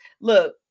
Look